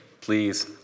please